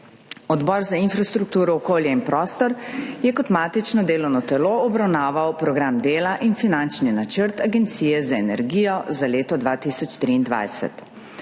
Odbor za infrastrukturo, okolje in prostor je kot matično delovno telo obravnaval Program dela in finančni načrt Agencije za energijo za leto 2023.